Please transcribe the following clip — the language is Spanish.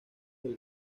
del